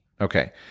Okay